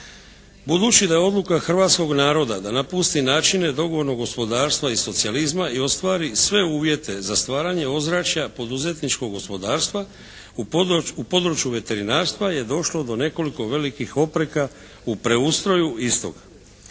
Budući da je odluka hrvatskog naroda da napusti načine dogovornog gospodarstva i socijalizma i ostvari sve uvjete za stvaranje ozračja poduzetničkog gospodarstva u području veterinarstva je došlo do nekoliko velikih opreka u preustroju istog.